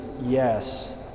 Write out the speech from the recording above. yes